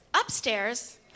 Upstairs